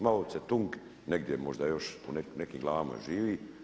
Mao Ce-tung negdje možda još u nekim glavama živi.